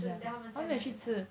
是 then 他们